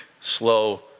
slow